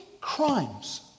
crimes